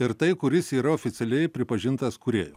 ir tai kuris yra oficialiai pripažintas kūrėju